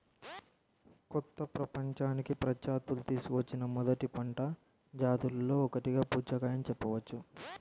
కొత్త ప్రపంచానికి పాశ్చాత్యులు తీసుకువచ్చిన మొదటి పంట జాతులలో ఒకటిగా పుచ్చకాయను చెప్పవచ్చు